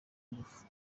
ingufu